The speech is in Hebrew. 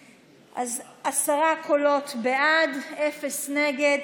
עשרה קולות בעד, אפס נגד.